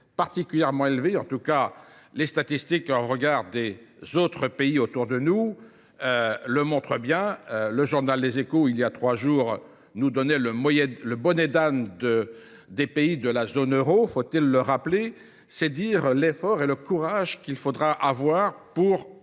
particulièrement élevée. En tout cas, les statistiques en regard des autres pays autour de nous le montrent bien. Le journal Les Échos, il y a trois jours, nous donnait le bonnet d'âne des pays de la zone euro, faut-il le rappeler, c'est dire l'effort et le courage qu'il faudra avoir pour